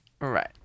right